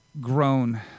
grown